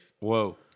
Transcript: Whoa